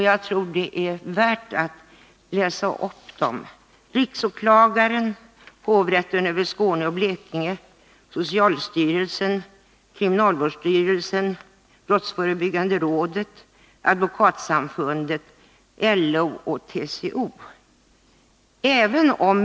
Jag tror att det är värt att räkna upp dem, även om meningarna är delade om bestämmelsernas närmare innehåll: riksåklagaren, hovrätten för Skåne och Blekinge, socialstyrelsen, kriminalvårdsstyrelsen, brottsförebyggande rådet, Advokatsamfundet, LO och TCO.